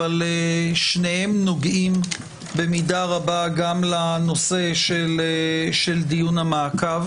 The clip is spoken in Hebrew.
אבל שניהם נוגעים במידה רבה גם לנושא של דיון המעקב.